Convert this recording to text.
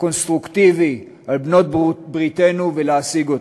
קונסטרוקטיבי על בעלות-בריתנו ולהשיג אותה.